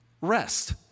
Rest